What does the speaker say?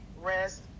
rest